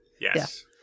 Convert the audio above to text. Yes